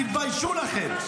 תתביישו לכם.